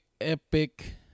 epic